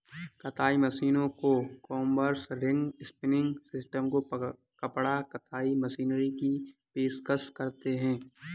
कताई मशीनों को कॉम्बर्स, रिंग स्पिनिंग सिस्टम को कपड़ा कताई मशीनरी की पेशकश करते हैं